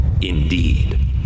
Indeed